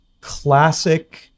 classic